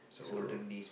so